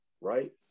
right